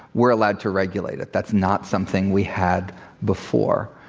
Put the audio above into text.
we're allowed to regulate it. that's not something we had before.